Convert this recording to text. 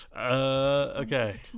okay